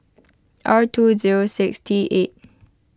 R two zero six T eight